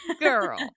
Girl